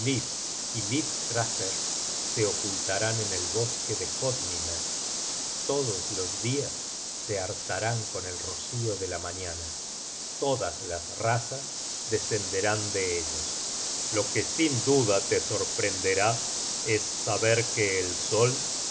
se ocultarán en el bosque de hoddmimer todos los dias se hartarán con el rocío de la mañana todas las razas descenderán de ellos tal vez la tradicion de enoch y elias content from google book search generated at lo que sin duda te sorprenderá es saber que el sol